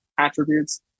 attributes